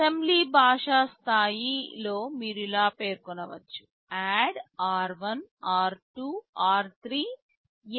assembly భాషా స్థాయిలో మీరు ఇలా పేర్కొనవచ్చు ADD r1 r2 r3 LSL 3